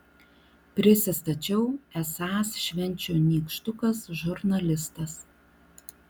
prisistačiau esąs švenčių nykštukas žurnalistas